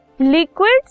Liquids